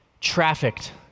trafficked